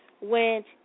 went